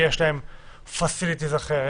כי יש להם פסיליטיז אחר.